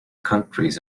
countries